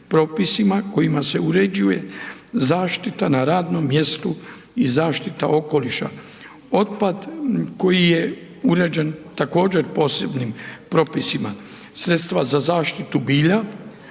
kojima se uređuje zaštita na radnom mjestu i zaštita okoliša. Otpad koji je uređen također posebnim propisima, sredstva za zaštitu bilja,